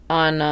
on